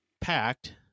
packed